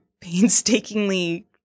painstakingly